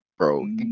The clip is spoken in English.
Bro